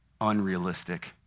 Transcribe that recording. unrealistic